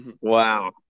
Wow